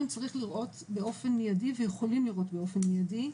צריך לראות באופן מידי ויכולים לראות באופן מידי.